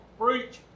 preach